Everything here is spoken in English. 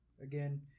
again